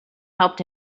helped